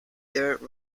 dirt